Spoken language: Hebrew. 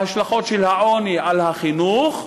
ההשלכות של העוני על החינוך,